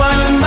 One